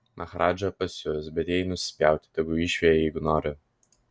maharadža pasius bet jai nusispjauti tegu išveja jeigu nori